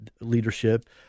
leadership